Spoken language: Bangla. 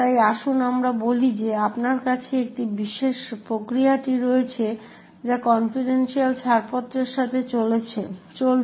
তাই আসুন আমরা বলি যে আপনার কাছে এই বিশেষ প্রক্রিয়াটি রয়েছে যা কনফিডেন্সিয়াল ছাড়পত্রের সাথে চলছে